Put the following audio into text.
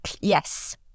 Yes